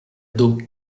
d’eau